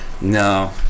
No